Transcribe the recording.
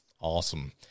Awesome